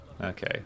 Okay